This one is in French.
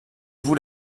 vous